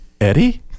Eddie